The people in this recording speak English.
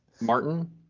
Martin